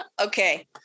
Okay